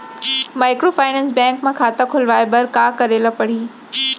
Microfinance bank म खाता खोलवाय बर का करे ल परही?